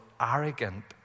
arrogant